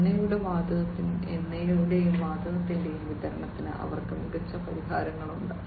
എണ്ണയുടെയും വാതകത്തിന്റെയും വിതരണത്തിന് അവർക്ക് മികച്ച പരിഹാരങ്ങളുണ്ട്